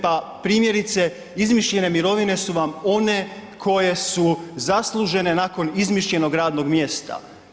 Pa primjerice izmišljene mirovine su vam one koje su zaslužene nakon izmišljenog radnog mjesta.